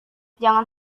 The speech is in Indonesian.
jangan